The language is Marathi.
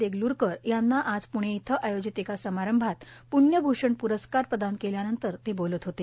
देगलूरकर यांना आज पुणे इथं आयोजित एका समारंभात पृण्यभूशण प्रस्कार प्रदान केल्यानंतर ते बोलत होते